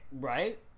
Right